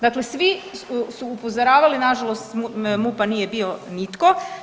Dakle, svi su upozoravali na žalost iz MUP-a nije bio nitko.